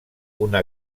una